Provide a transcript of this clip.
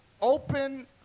open